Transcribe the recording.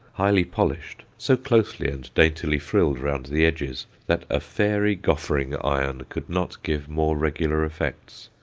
highly polished, so closely and daintily frilled round the edges that a fairy goffering-iron could not give more regular effects,